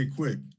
Quick